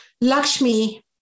Lakshmi